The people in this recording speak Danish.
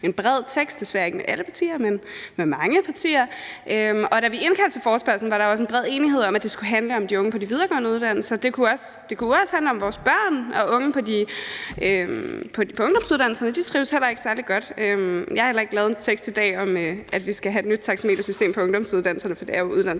vedtagelsestekst – desværre ikke med alle partier, men med mange partier – og da vi indkaldte til forespørgslen, var der også en bred enighed om, at det skulle handle om de unge på de videregående uddannelser, men det kunne også handle om vores børn og unge på ungdomsuddannelserne, for de trives heller ikke særlig godt. Jeg har heller ikke lavet en vedtagelsestekst i dag om, at vi skal have et nyt taxametersystem på ungdomsuddannelserne, for det er uddannelses-